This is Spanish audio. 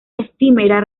efímera